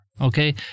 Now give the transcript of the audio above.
okay